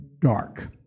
dark